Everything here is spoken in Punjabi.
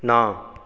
ਨਾ